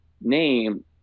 name